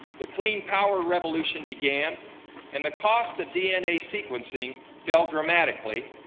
the clean power revolution began and the cost of dna sequencing fell dramatically,